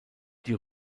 die